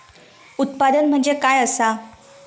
उत्पादन म्हणजे काय असा?